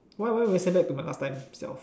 why why why send back to my last time self